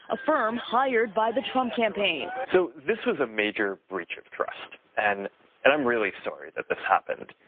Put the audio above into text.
a firm hired by the trump campaign. so this was a major breach of trust and and i'm really sorry that this happened.